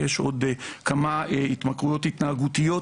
יש עוד כמה התמכרויות התנהגויות,